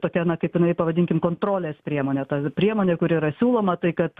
tokia na kaip jinai pavadinkim kontrolės priemonė ta priemonė kur yra siūloma tai kad